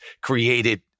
created